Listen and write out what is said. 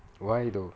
why though